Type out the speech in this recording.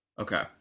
Okay